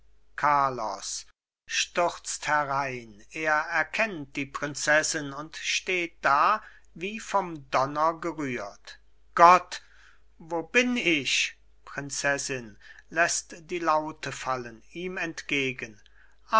carlos stürzt herein er erkennt die prinzessin und steht da wie vom donner gerührt gott wo bin ich prinzessin läßt die laute fallen ihm entgegen